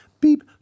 Beep